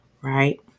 right